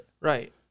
Right